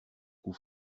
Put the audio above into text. cou